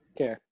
Okay